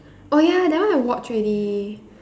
oh ya that one I watch already